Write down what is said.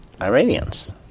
Iranians